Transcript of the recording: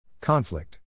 Conflict